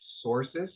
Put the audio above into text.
sources